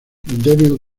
devil